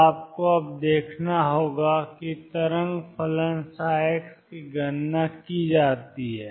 तो आपको अब देखना होगा कि तरंग फलन ψ की गणना की जाती है